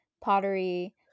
pottery